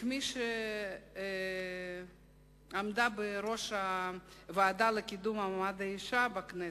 כמי שעמדה בראש הוועדה לקידום מעמד האשה בכנסת,